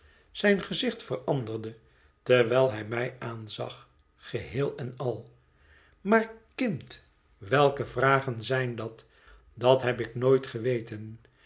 zijn gezicht veranderde terwijl hij mij aanzag geheel en al maar kind welke vragen zijn dat dat heb ik nooit geweten